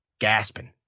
gasping